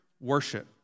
Worship